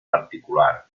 particular